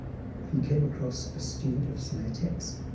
he came across a student of saya thet's.